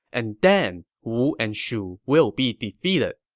and then wu and shu will be defeated.